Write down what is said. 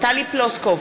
טלי פלוסקוב,